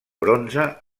bronze